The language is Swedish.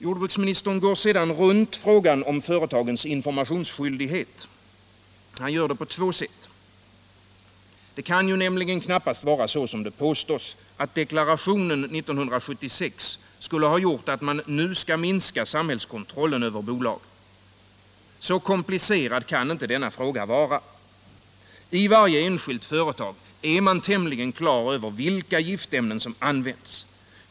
Jordbruksministern går sedan runt frågan om företagens informationsskyldighet. Han gör det på två sätt. Det kan nämligen knappast vara så som det påstås, att deklarationen 1976 skulle ha gjort att man nu skall minska samhällskontrollen över bolagen. Så komplicerad kan inte denna fråga vara. I varje enskilt företag är man tämligen klar över vilka giftämnen som används.